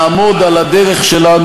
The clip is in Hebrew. אני חושב שאם אנחנו נעמוד על הדרך שלנו,